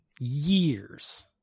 years